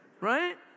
Right